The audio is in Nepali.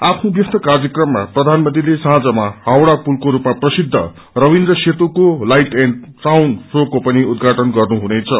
आफ्नो व्यस्त क्रर्यक्रममा प्रधानमंत्रीले साँझमा हावड़ा पुलको स्पमा प्रसिद्ध रवीन्द्र सेतूको लाइट एण्ड साउण्ड गोको पनि उद्याटन गर्नुहुनेछ